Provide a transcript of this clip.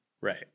Right